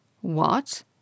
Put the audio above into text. What